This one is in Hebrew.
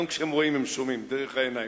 גם כשהם רואים, הם שומעים דרך העיניים.